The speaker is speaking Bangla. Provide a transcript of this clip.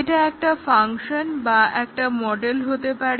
এটা একটা ফাংশন বা একটা মডেল হতে পারে